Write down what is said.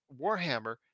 Warhammer